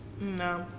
No